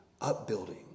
upbuilding